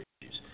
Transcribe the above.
issues